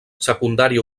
secundària